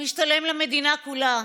למדינה כולה.